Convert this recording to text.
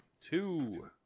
Two